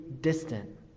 distant